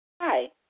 Hi